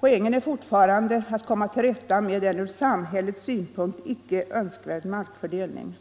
Poängen är fortfarande att komma till rätta med en från samhällets synpunkt inte önskvärd markfördelning.